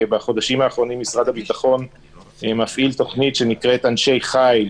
בחודשים האחרונים משרד הביטחון מפעיל תוכנית שנקראת "אנשי חיל",